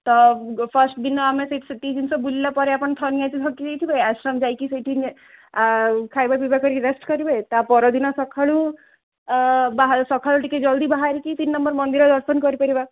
ତ ଫାଷ୍ଟ ଦିନ ଆମେ ସେଇଠୁ ସେତିକି ଜିନିଷ ବୁଲିଲା ପରେ ଆପଣ ଧରି ନିଅନ୍ତୁ ଥକି ଯାଇଥିବେ ଆଶ୍ରମ ଯାଇକି ସେଇଠି ଆଉ ଖାଇବା ପିଇବା କରିକି ରେଷ୍ଟ୍ କରିବେ ତାପରଦିନ ସକାଳୁ ବାହା ସକାଳୁ ଟିକେ ଜଲଦି ବାହରିକି ତିନ ନମ୍ବର୍ ମନ୍ଦିର ଦର୍ଶନ କରିପାରିବା